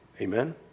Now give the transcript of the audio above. Amen